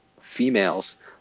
females